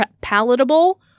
palatable